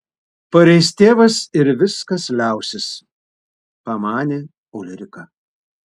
pareis tėvas ir viskas liausis pamanė ulrika